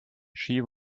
she